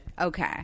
Okay